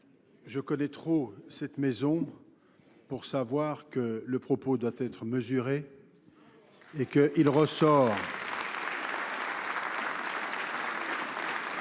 Je connais trop cette maison pour savoir que le propos doit être mesuré et qu'il ressort Et qu'il est